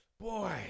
boy